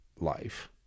life